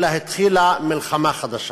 אלא התחילה מלחמה חדשה.